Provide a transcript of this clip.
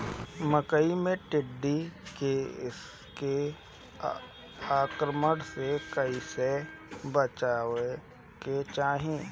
मकई मे टिड्डी के आक्रमण से कइसे बचावे के चाही?